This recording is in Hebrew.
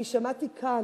אני שמעתי כאן,